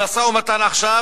המשא-ומתן עכשיו